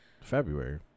February